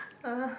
uh